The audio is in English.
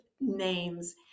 names